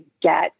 get